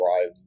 drive